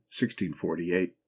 1648